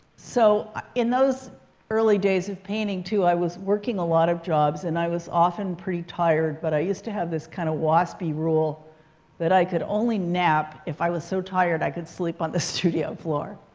so in those early days of painting, too, i was working a lot of jobs. and i was often pretty tired. but i used to have this kind of waspy rule that i could only nap if i was so tired i could sleep on the studio floor.